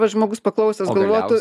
va žmogus paklausęs galvotų